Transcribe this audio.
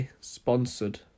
sponsored